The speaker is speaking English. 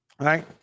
right